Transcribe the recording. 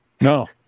No